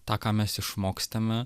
tą ką mes išmokstame